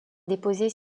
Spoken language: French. déposés